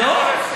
לא.